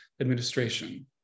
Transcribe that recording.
administration